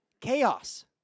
Chaos